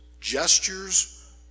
gestures